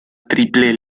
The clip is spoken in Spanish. triple